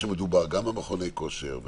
גם במכוני כושר,